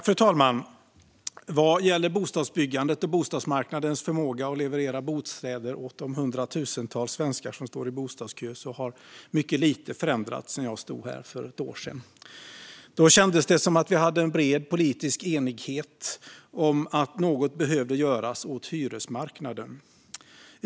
Fru talman! Vad gäller bostadsbyggandet och bostadsmarknadens förmåga att leverera bostäder åt de hundratusentals svenskar som står i bostadskö har mycket lite förändrats sedan jag stod här för ett år sedan. Då kändes det som att vi hade en bred politisk enighet om att något behöver göras åt hyresmarknaden.